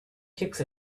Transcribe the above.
kicks